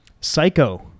Psycho